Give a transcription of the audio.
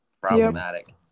problematic